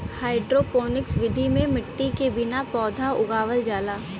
hydroponics विधि में मट्टी के बिना पौधा उगावल जाला